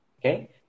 Okay